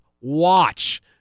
watch